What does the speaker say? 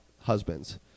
husbands